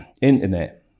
internet